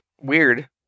weird